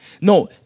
No